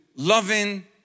Loving